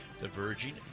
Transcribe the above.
Diverging